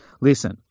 Listen